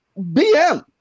BM